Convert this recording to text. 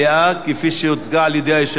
כפי שהוצגה על-ידי היושב-ראש.